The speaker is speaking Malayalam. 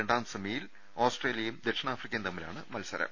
രണ്ടാം സെമിയിൽ ഓസ്ട്രേലിയയും ദക്ഷിണാഫ്രിക്കയും തമ്മിലാണ് മത്സരം